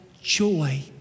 joy